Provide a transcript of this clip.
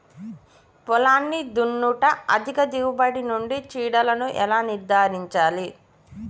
పొలాన్ని దున్నుట అధిక దిగుబడి నుండి చీడలను ఎలా నిర్ధారించాలి?